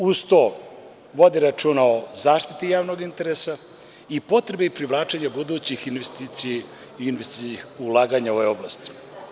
Uz to, vode računa o zaštiti javnog interesa i potrebi privlačenja budućih investicija i investicionih ulaganja u ovoj oblasti.